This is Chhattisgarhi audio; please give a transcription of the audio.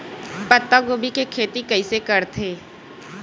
पत्तागोभी के खेती कइसे करथे?